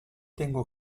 tengo